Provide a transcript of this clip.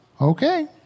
okay